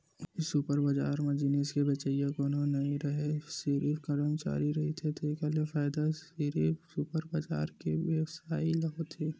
super बजार म जिनिस के बेचइया कोनो नइ राहय सिरिफ करमचारी रहिथे तेखर ले फायदा सिरिफ सुपर बजार के बेवसायी ल होथे